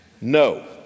No